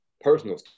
personal